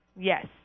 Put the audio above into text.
Yes